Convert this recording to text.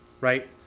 right